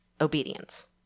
obedience